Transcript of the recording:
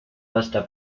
hasta